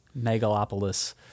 megalopolis